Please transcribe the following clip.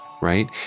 right